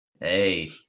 Hey